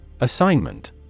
Assignment